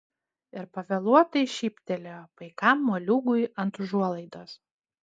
ir pavėluotai šyptelėjo paikam moliūgui ant užuolaidos